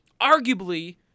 arguably